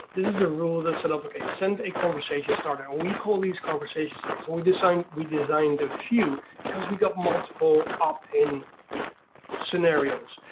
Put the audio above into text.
this is the rule that set up, like send a conversation starter. and we call these conversation starters and we designed we designed a few because we get multiple opt in scenarios.